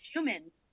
Humans